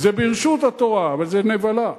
זה ברשות התורה, אבל זה נבלה.